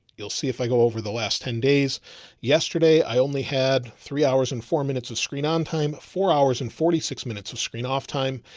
you'll see if i go over the last ten days yesterday, i only had three hours and four minutes of screen on time, four hours and forty six minutes of screen off time.